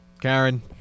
Karen